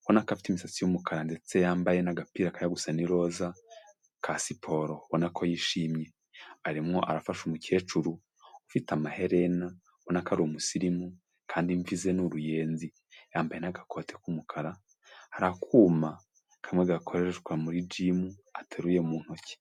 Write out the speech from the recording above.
ubona ko afite imisatsi y'umukara ndetse yambaye n'agapira kari gusa ni iroza ka siporo ubona ko yishimye, arimo arafasha umukecuru ufite amahera ubonana ko ari umusirimu kandi imvize ze ni uruyenzi, yambaye n'agakote k'umukara, hari akuma kamwe gakoreshwa muri gimu ateruye mu ntoki.